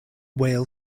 weyl